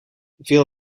veel